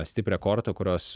stiprią kortą kurios